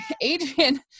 Adrian